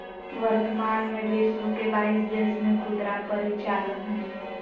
वर्तमान में विश्व के बाईस देश में खुदरा परिचालन हइ